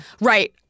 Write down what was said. Right